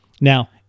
Now